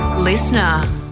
Listener